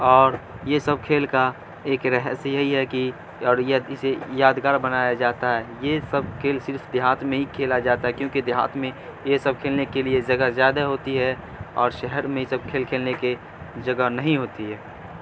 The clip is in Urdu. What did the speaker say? اور یہ سب کھیل کا ایک رہس یہی ہے کہ اور اسے یادگار بنایا جاتا ہے یہ سب کھیل صرف دیہات میں ہی کھیلا جاتا ہے کیونکہ دیہات میں یہ سب کھیلنے کے لیے جگہ زیادہ ہوتی ہے اور شہر میں یہ سب کھیل کھیلنے کے جگہ نہیں ہوتی ہے